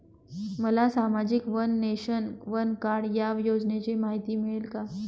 मला सामाजिक one nation, one card या योजनेची माहिती मिळेल का?